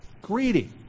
Greedy